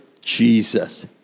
Jesus